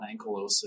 ankylosis